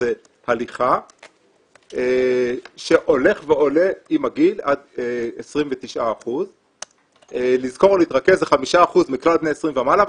זה הליכה שהולך ועולה עם הגיל עד 29%. לזכור ולהתרכז זה 5% מכלל בני 20 ומעלה,